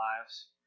lives